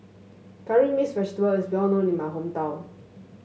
Curry Mixed Vegetable is well known in my hometown